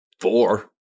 four